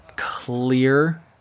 Clear